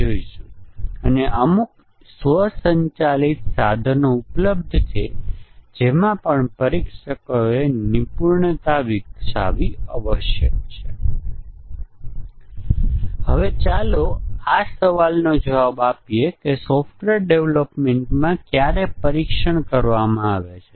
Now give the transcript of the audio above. જો આપણે પૂછીએ કે બગનો પ્રકાર શું છે જે ઈન્ટીગ્રેશન ટેસ્ટીંગ દરમિયાન શોધી કાવામાં આવે છે તો આ બે મોડ્યુલો વચ્ચે ઇન્ટરફેસિંગ ઇન્ટરફેસ બગ્સ છે